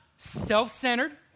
Self-centered